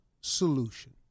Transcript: solution